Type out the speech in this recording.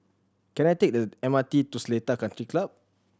can I take the M R T to Seletar Country Club